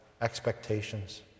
expectations